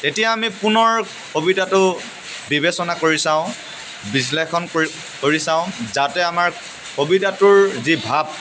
তেতিয়া আমি পুনৰ কবিতাটো বিবেচনা কৰি চাওঁ বিশ্লেষণ কৰি কৰি চাওঁ যাতে আমাৰ কবিতাটোৰ যি ভাৱ